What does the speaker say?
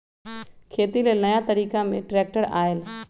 खेती लेल नया तरिका में ट्रैक्टर आयल